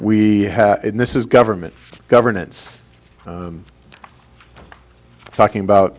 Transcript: we have in this is government governance talking about